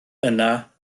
yna